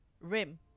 Rim